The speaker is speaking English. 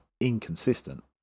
inconsistent